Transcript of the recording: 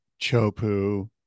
Chopu